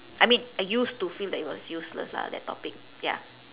I mean I used to feel that it was useless lah that topic ya